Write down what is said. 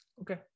Okay